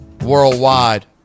worldwide